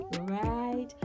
right